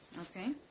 Okay